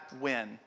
win